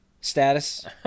status